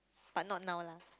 but not now lah